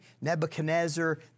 Nebuchadnezzar